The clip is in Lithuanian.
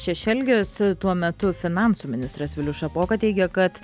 šešelgis tuo metu finansų ministras vilius šapoka teigia kad